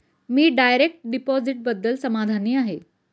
मी direct डिपॉझिटबद्दल समाधानी आहे